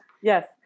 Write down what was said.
Yes